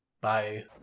bye